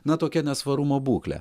na tokia nesvarumo būklė